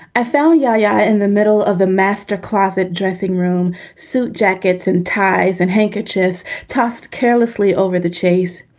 i found ya-ya in the middle of a master closet dressing room, suit, jackets and ties and handkerchiefs tossed carelessly over the chase.